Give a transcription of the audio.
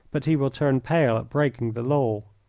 but he will turn pale at breaking the law.